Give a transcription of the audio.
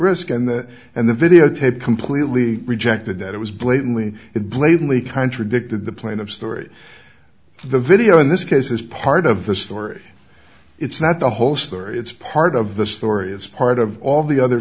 risk and the and the videotape completely rejected that it was blatantly it blatantly contradicted the plain of story the video in this case is part of the story it's not the whole story it's part of the story as part of all the other